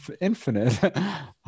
infinite